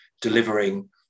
delivering